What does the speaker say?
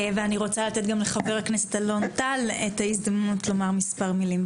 אני רוצה לתת גם לחבר הכנסת אלון טל את ההזדמנות לומר מספר מילים.